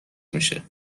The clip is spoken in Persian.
میشه